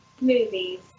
movies